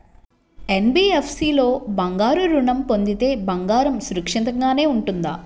NBFC లో బంగారు ఋణం పొందితే బంగారం సురక్షితంగానే ఉంటుందా?